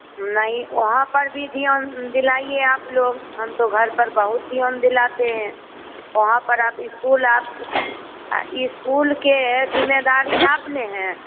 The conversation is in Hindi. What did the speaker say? नहीं वहाँ पर भी ध्यान दिलाइए आप लोग हम तो घर पर बहुत ध्यान दिलाते हैं वहाँ पर आप इस्कूल आपकी अ इस्कूल के जिम्मेदारी आप न हैं